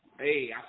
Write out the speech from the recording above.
Hey